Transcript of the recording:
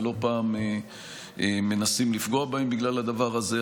ולא פעם מנסים לפגוע בהם בגלל הדבר הזה.